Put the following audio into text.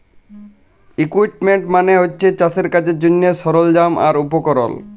equipment মালে হছে চাষের কাজের জ্যনহে সরল্জাম আর উপকরল